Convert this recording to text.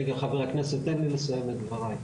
רגע חבר הכנסת, תן לי לסיים את דבריי.